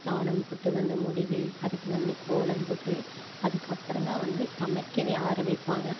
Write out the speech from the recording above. சாணம் போட்டு வந்து மொழுவி அதுக்கு வந்து கோலம் போட்டு அதுக்கப்புறம் தான் வந்து சமைக்கவே ஆரமிப்பாங்க